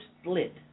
split